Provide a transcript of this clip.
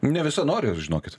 ne viso nori jau žinokit